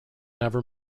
never